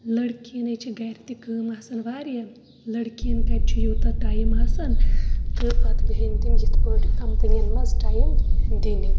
لٔڑکِی نٔے چھِ گَرِ تہِ کٲم آسان واریاہ لٔڑکِیَن کَتہِ چھُ یوٗتاہ ٹایِم آسان تہٕ پَتہٕ بیٚہَن تِم یِتھ پٲٹھۍ کَمپٔنی یَن منٛز ٹایِم دِنہٕ